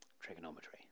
trigonometry